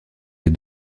des